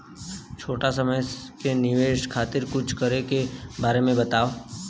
छोटी समय के निवेश खातिर कुछ करे के बारे मे बताव?